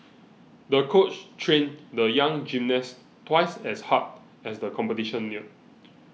the coach trained the young gymnast twice as hard as the competition neared